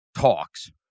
talks